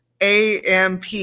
AMP